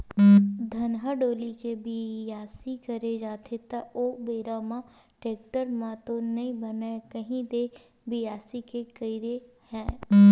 धनहा डोली के बियासी करे जाथे त ओ बेरा म टेक्टर म तो नइ बनय कही दे बियासी के करई ह?